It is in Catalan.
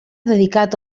dedicat